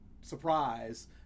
surprise